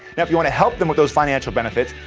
yeah if you want to help them with those financial benefits,